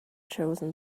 chosen